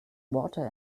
water